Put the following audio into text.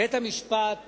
בית-המשפט